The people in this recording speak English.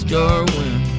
Darwin